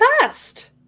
fast